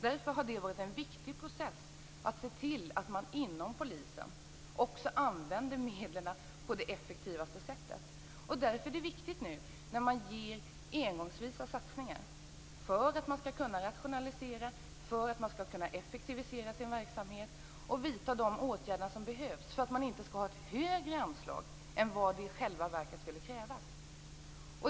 Därför har det varit en viktig process att se till att man inom Polisen också använder medlen på det effektivaste sättet. Därför är det viktigt nu, när man gör engångsvisa satsningar för att man skall kunna rationalisera och för att man skall kunna effektivisera sin verksamhet, att vidta de åtgärder som behövs för att man inte skall ha ett högre anslag än vad som i själva verket skulle krävas.